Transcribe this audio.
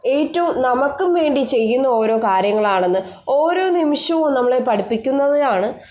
ഏറ്റവും നമുക്കും വേണ്ടി ചെയ്യുന്ന ഓരോ കാര്യങ്ങൾ ആണെന്ന് ഓരോ നിമിഷവും നമ്മളെ പഠിപ്പിക്കുന്നത് ആണ്